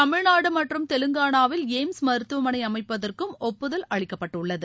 தமிழ்நாடு மற்றம் தெலங்கானாவில் எய்ம்ஸ் மருத்துவமளை அமைப்பதற்கும் ஒப்புதல் அளிக்கப்பட்டுள்ளது